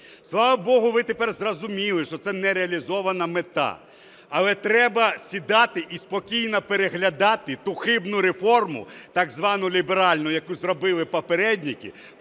Слава богу, ви тепер зрозуміли, що це не реалізована мета. Але треба сідати і спокійно переглядати ту хибну реформу, так звану ліберальну, яку зробили попередники,